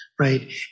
Right